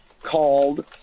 called